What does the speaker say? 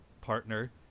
partner